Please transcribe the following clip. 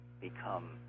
become